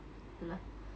tu lah